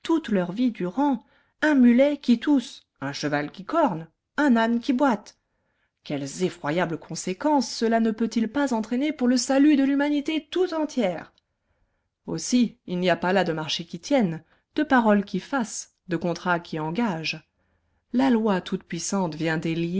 leur vie durant un mulet qui tousse un cheval qui corne un âne qui boite quelles effroyables conséquences cela ne peut-il pas entraîner pour le salut de l'humanité tout entière aussi il n'y a pas là de marché qui tienne de parole qui fasse de contrat qui engage la loi toute-puissante vient